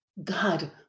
God